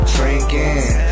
Drinking